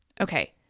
Okay